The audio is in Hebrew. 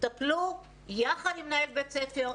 טפלו יחד עם מנהל בית-ספר,